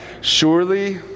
Surely